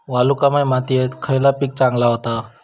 वालुकामय मातयेत खयला पीक चांगला होता?